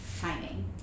timing